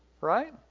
Right